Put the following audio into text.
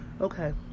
Okay